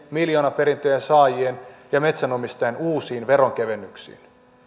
miljoonaperintöjen saajien ja metsänomistajien uusiin veronkevennyksiin